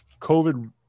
COVID